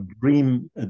dream